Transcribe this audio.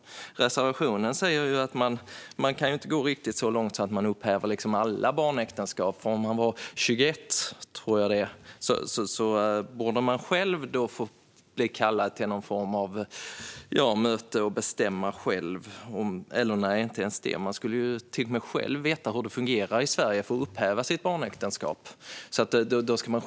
Enligt reservationen vill ni inte gå så långt som att upphäva alla barnäktenskap, för om man är 21 ska man själv veta hur det fungerar att upphäva ett barnäktenskap i Sverige.